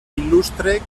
il·lustre